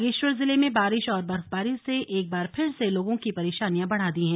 बागेश्वर जिले में बारिश और बर्फबारी से एक बार फिर से लोगों की परेशानियां बढ़ा दी हैं